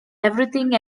everything